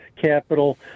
capital